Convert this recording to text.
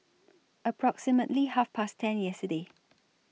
approximately Half Past ten yesterday